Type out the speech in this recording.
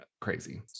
Crazy